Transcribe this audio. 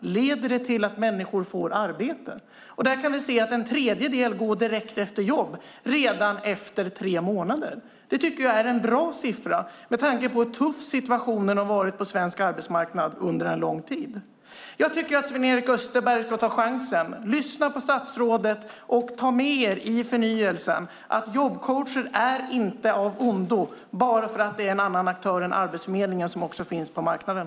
Leder det till att människor får arbete? Vi kan se att en tredjedel går direkt till jobb redan efter tre månader. Det tycker jag är en bra siffra med tanke på hur tuff situationen har varit på svensk arbetsmarknad under en lång tid. Jag tycker att Sven-Erik Österberg ska ta chansen. Lyssna på statsrådet! Och ta med er i förnyelsen att jobbcoacher inte är av ondo bara för att det är en annan aktör än Arbetsförmedlingen som också finns på marknaden.